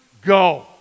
Go